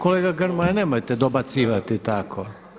Kolega Grmoja nemojte dobacivati tako.